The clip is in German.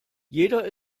jeder